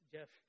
Jeff